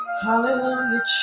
hallelujah